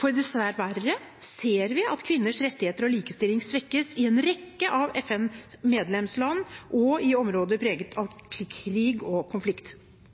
for dessverre ser vi at kvinners rettigheter og likestilling svekkes i en rekke av FNs medlemsland og i områder preget av krig og konflikt.